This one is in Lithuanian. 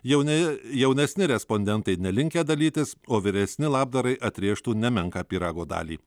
jauni jaunesni respondentai nelinkę dalytis o vyresni labdarai atrėžtų nemenką pyrago dalį